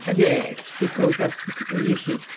yes. because that's the issue.